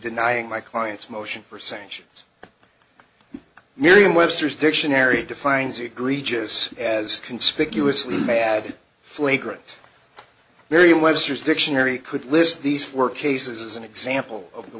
denying my client's motion for sanctions miriam webster's dictionary defines egregious as conspicuously bad flagrant merriam webster's dictionary could list these four cases as an example of the